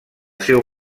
seu